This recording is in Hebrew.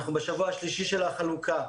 אנחנו בשבוע השלישי של החלוקה.